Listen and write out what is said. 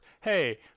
Hey